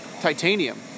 titanium